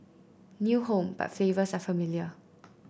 new home but flavors are familiar